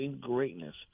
greatness